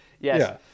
Yes